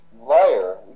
liar